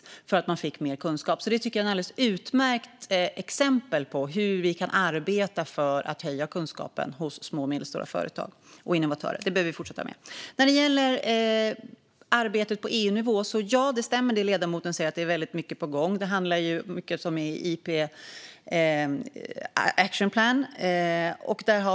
Det berodde på att de fick mer kunskap. Det är ett alldeles utmärkt exempel på hur vi kan arbeta för att höja kunskapen hos små och medelstora företag och innovatörer. Det behöver vi fortsätta med. När det gäller arbetet på EU-nivå stämmer det att mycket är på gång, till exempel IP Action Plan.